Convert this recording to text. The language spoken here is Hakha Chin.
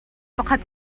pakhat